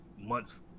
months